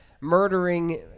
murdering